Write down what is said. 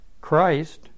Christ